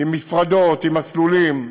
עם הפרדות, עם מסלולים,